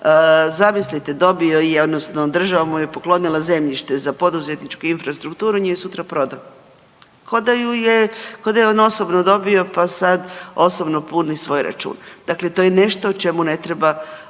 zamislite dobio je odnosno država mu je poklonila zemljište za poduzetničku infrastrukturu i on ju je sutra prodao. Kao da je on osobno dobio, pa sam osobno puni svoj račun. Dakle, to je nešto o čemu ne treba